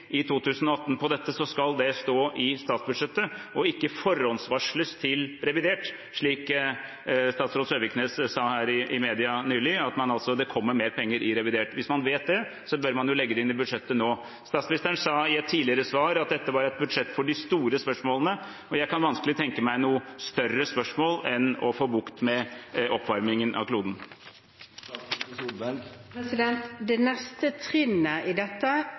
i 2018 på dette, skal det stå i statsbudsjettet og ikke forhåndsvarsles til revidert, slik statsråd Søviknes sa her i media nylig, at det kommer mer penger i revidert. Hvis man vet det, bør man jo legge det inn i budsjettet nå. Statsministeren sa i et tidligere svar at dette var et budsjett for de store spørsmålene, og jeg kan vanskelig tenke meg noe større spørsmål enn å få bukt med oppvarmingen av kloden. Det neste trinnet i dette